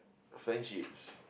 friendships